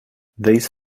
these